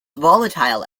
volatile